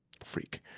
freak